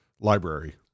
library